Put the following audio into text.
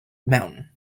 mountain